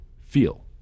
feel